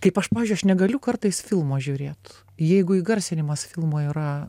kaip aš pavyzdžiui aš negaliu kartais filmo žiūrėt jeigu įgarsinimas filmo yra